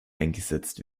eingesetzt